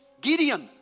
Gideon